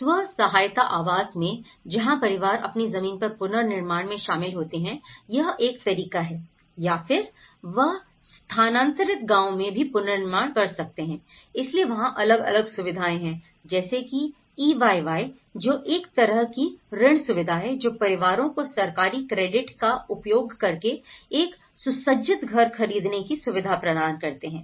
स्व सहायता आवास में जहां परिवार अपनी जमीन पर पुनर्निर्माण में शामिल होते हैं यह एक तरीका है या फिर वाह स्थानांतरित गांवों में भी पुनर्निर्माण कर सकते हैं इसलिए वहां अलग अलग सुविधाएं हैं जैसे कि ईवायवाय जो एक तरह की ऋण सुविधा है जो परिवारों को सरकारी क्रेडिट का उपयोग करके एक सुसज्जित घर खरीदने की सुविधा प्रदान करती है